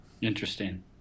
Interesting